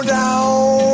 down